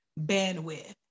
bandwidth